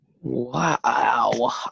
Wow